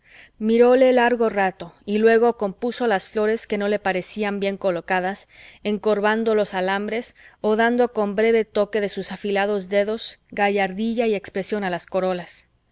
ramillete miróle largo rato y luego compuso las flores que no le parecían bien colocadas encorvando los alambres o dando con breve toque de sus afilados dedos gallardía y expresión a las corolas